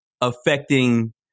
affecting